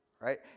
right